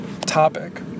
topic